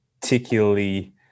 particularly